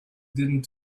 didn’t